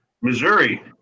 Missouri